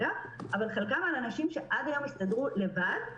וחלקן מאנשים שעד היום הסתדרו לבד,